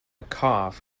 cough